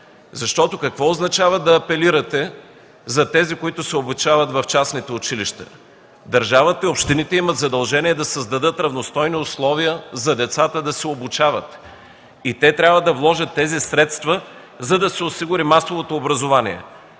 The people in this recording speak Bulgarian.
картина. Какво означава да апелирате за тези, които се обучават в частните училища? Държавата и общините имат задължение да създадат равностойни условия за децата да се обучават и те трябва да вложат тези средства, за да се осигури масовото образование.